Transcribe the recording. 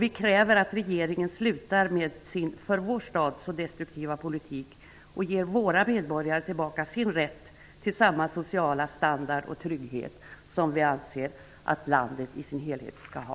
Vi kräver att regeringen slutar med sin för vår stad så destruktiva politik och ger våra medborgare tillbaka rätten till samma sociala standard och trygghet som vi anser att landet i dess helhet skall ha.